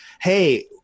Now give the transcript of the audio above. hey